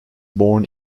born